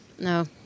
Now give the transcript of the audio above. no